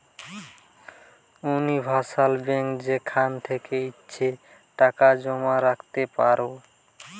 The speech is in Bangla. উনিভার্সাল বেঙ্ক যেখান থেকে ইচ্ছে টাকা জমা রাখতে পারো